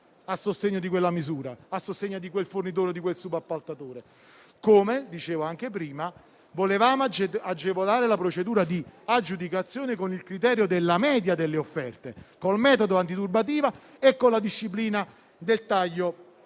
far subentrare lo Stato a sostegno di quel fornitore o di quel subappaltatore. Allo stesso modo, volevamo agevolare la procedura di aggiudicazione con il criterio della media delle offerte, col metodo anti turbativa e con la disciplina del taglio